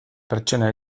pertsona